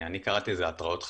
אני קראתי לזה: התראות חשיפה.